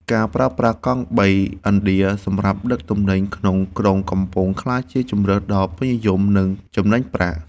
ការប្រើប្រាស់កង់បីឥណ្ឌាសម្រាប់ដឹកទំនិញក្នុងក្រុងកំពុងក្លាយជាជម្រើសដ៏ពេញនិយម និងចំណេញប្រាក់។